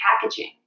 packaging